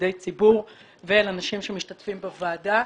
פקידי ציבור ואל אנשים שמשתתפים בוועדה.